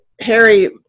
Harry